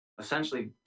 essentially